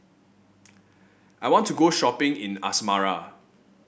I want to go shopping in Asmara